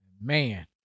man